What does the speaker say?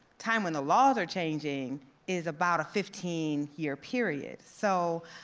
time when the laws are changing is about a fifteen year period. so,